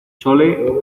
chole